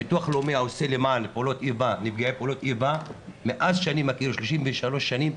הביטוח הלאומי עושה למען נפגעי פעולות איבה מאז שאני מכיר 33 שנים,